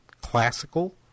classical